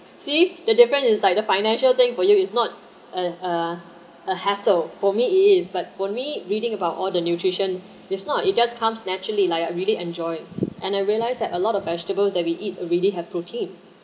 see the different is like the financial thing for you it's not uh a hustle for me it is but for me reading about all the nutrition it's not it just comes naturally like I really enjoyed and I realised that a lot of vegetables that we eat already have protein